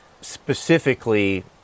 specifically